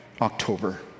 October